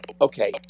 okay